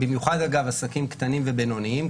במיוחד אגב עסקים קטנים ובינוניים,